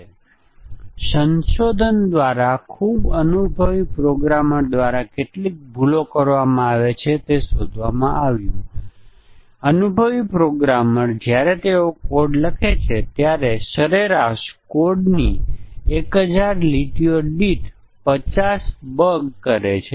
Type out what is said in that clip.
તે એક ધારણા છે અને બીજી ધારણા અથવા બીજી હાઈપોથેસીસ એ છે કે જ્યારે આપણે ઘણી સરળ ભૂલો રજૂ કરીએ છીએ જે પ્રોગ્રામર દ્વારા રજૂ કરવામાં આવેલી જટિલ ભૂલ જેવું વર્તન કરી શકે છે ત્યારે સરળ ભૂલોનો સમૂહ કેટલીક જટિલ ભૂલ સમાન છે